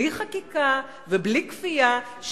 בלי חקיקה ובלי כפייה,